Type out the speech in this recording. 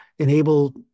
enable